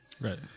Right